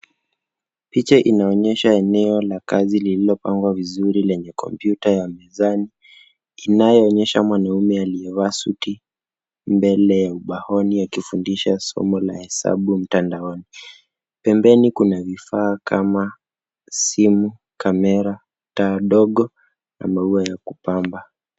Picha inaonyesha eneo la kazi lililopangwa vizuri lenye kompyuta ya mezani. Inaonyesha mwanaume aliye vaa suti mbele ya ubaoni akifundisha somo la hesabu mtandaoni. Pembeni kuna vifaa kama simu, kamera, taa dogo na maua ya kupamba.